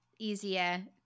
easier